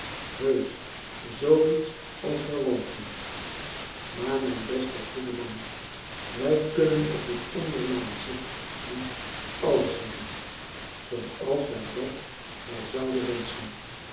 zoo iets als verwanten maar mijn beste goede man wij kunnen op dit ondermaansche niet alles hebben zooals wij dat wel zouden wenschen